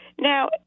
Now